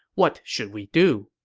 what should we do?